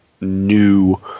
new